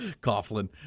Coughlin